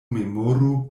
memoru